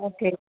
okay